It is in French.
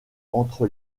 entre